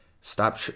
stop